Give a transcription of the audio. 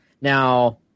Now